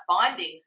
findings